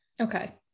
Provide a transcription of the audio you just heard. Okay